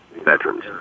veterans